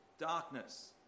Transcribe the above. Darkness